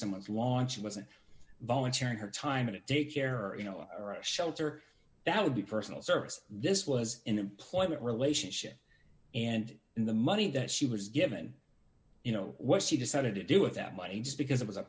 someone's lawn she wasn't volunteering her time in a daycare or you know shelter that would be personal service this was an employment relationship and in the money that she was given you know what she decided to do with that money because it was a